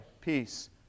peace